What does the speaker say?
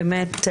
באמת,